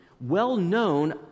well-known